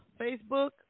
facebook